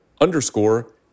underscore